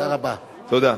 תודה.